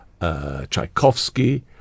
Tchaikovsky